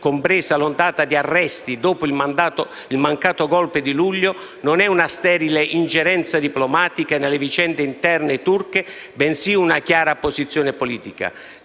compresa l'ondata di arresti dopo il mancato golpe di luglio, non è una sterile ingerenza diplomatica nelle vicende interne turche, bensì una chiara posizione politica.